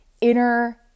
inner